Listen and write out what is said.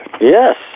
Yes